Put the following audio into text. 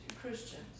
Christians